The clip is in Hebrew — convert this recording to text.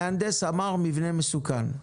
מהנדס אמר, מבנה מסוכן.